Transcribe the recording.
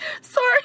Sorry